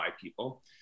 people